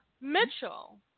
Mitchell